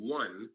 one